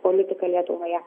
politika lietuvoje